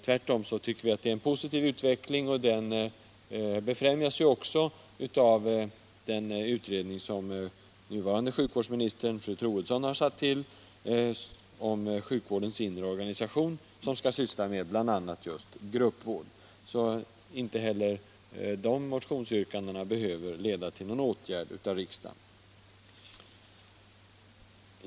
Tvärtom tycker vi att det är en positiv utveckling, och den befrämjas också av den utredning som nuvarande sjukvårdsministern fru Troedsson har satt till om sjukvårdens inre organisation. Den skall syssla med bl.a. just gruppvård. Inte heller de motionsyrkandena behöver därför leda till någon åtgärd av riksdagen.